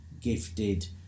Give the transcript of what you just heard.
gifted